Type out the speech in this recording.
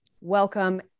welcome